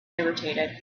irritated